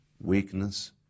weakness